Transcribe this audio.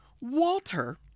Walter